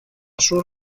sur